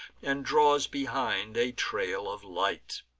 and draws behind a trail of light.